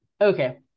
okay